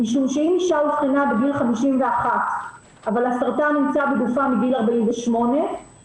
משום שאם אישה אובחנה בגיל 51 אבל הסרטן נמצא בגופה מגיל 48 היא